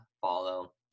follow